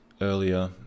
earlier